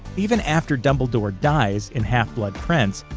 even after dumbledore dies in half blood prince,